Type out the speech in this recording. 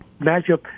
matchup